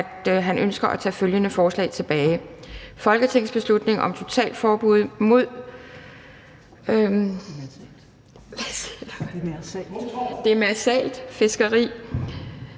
at han ønsker at tage følgende forslag tilbage: Forslag til folketingsbeslutning om totalforbud mod demersalt fiskeri